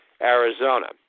Arizona